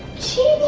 chill,